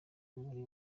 muri